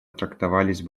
трактовались